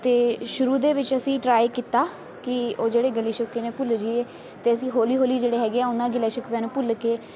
ਅਤੇ ਸ਼ੁਰੂ ਦੇ ਵਿੱਚ ਅਸੀਂ ਟ੍ਰਾਈ ਕੀਤਾ ਕਿ ਉਹ ਜਿਹੜੀ ਗਿਲੇ ਸ਼ਿਕਵੇ ਨੇ ਭੁੱਲ ਜੀਏ ਅਤੇ ਅਸੀਂ ਹੌਲੀ ਹੌਲੀ ਜਿਹੜੇ ਹੈਗੇ ਆ ਉਹਨਾਂ ਗਿਲੇ ਸ਼ਿਕਵਿਆਂ ਨੂੰ ਭੁੱਲ ਕੇ